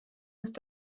ist